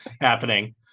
happening